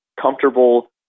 comfortable